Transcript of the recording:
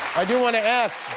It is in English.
i do want to ask,